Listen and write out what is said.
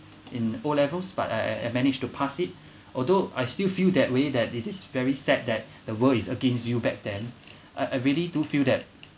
in O levels but I I managed to pass it although I still feel that way that it is very sad that the world is against you back then I I really do feel that